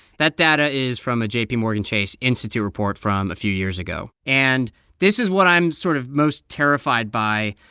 that data is from a jpmorgan chase institute report from a few years ago, and this is what i'm sort of most terrified by.